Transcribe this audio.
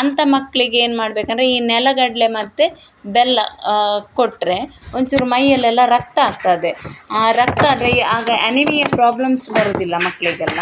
ಅಂಥ ಮಕ್ಳಿಗೆ ಏನು ಮಾಡಬೇಕಂದ್ರೆ ಈ ನೆಲಗಡಲೆ ಮತ್ತು ಬೆಲ್ಲ ಕೊಟ್ಟರೆ ಒಂಚೂರು ಮೈಯಲೆಲ್ಲ ರಕ್ತ ಆಗ್ತದೆ ಆ ರಕ್ತ ಡ್ರೈ ಆಗ ಅನಿಮಿಯ ಪ್ರಾಬ್ಲಮ್ಸ್ ಬರುವುದಿಲ್ಲ ಮಕ್ಕಳಿಗೆಲ್ಲ